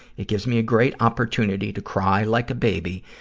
it gives me a great opportunity to cry like a baby,